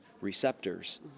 receptors